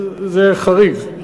זה חריג,